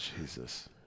Jesus